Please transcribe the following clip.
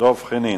דב חנין.